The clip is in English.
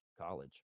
college